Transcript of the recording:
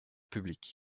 publics